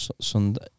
Sunday